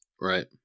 Right